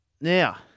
Now